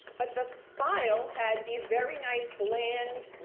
but the file had these very nice blend,